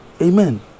Amen